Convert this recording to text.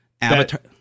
Avatar